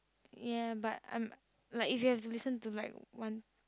ya but I'm like if you have to listen to like one